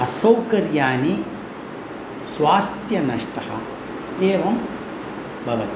असौकर्यानि स्वास्थ्यनष्टः एवं भवति